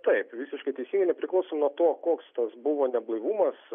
taip visiškai teisingai nepriklauso nuo to koks tas buvo neblaivumas